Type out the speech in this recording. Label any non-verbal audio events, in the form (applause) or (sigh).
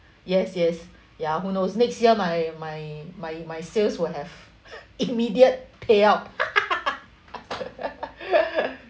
yes yes ya who knows next year my my my my sales will have immediate payout (laughs)